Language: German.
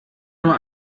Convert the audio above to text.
nur